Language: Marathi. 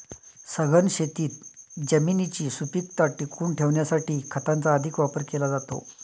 सघन शेतीत जमिनीची सुपीकता टिकवून ठेवण्यासाठी खताचा अधिक वापर केला जातो